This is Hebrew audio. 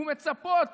ומצפות